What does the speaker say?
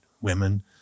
women